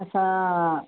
ᱟᱪᱪᱷᱟ